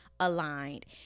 aligned